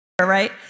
right